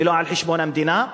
ולא על חשבון המדינה.